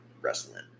wrestling